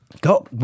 Go